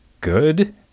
good